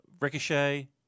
Ricochet